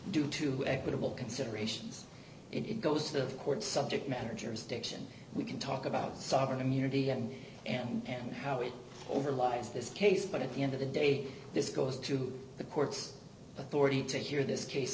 due to equitable considerations it goes to court subject matter jurisdiction we can talk about sovereign immunity and and how it over lies this case but at the end of the day this goes to the court's authority to hear this case